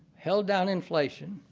held down inflation,